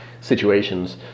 situations